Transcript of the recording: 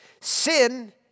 Sin